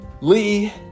Lee